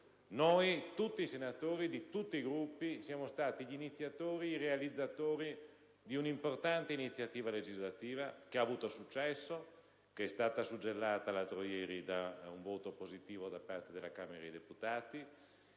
con tutti i senatori di tutti i Gruppi, ha dato avvio ad una importante iniziativa legislativa che ha avuto successo, che è stata suggellata l'altro ieri da un voto positivo da parte della Camera dei deputati,